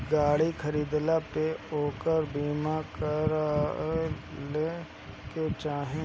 गाड़ी खरीदला पे ओकर बीमा करा लेवे के चाही